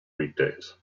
weekdays